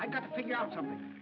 i got to figure out some